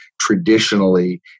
traditionally